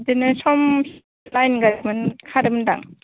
बिदिनो सम लाइन गारि खारोमोनदां